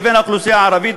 לבין האוכלוסייה הערבית,